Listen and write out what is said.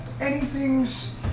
anything's